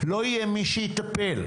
לא יהיה מי שיטפל.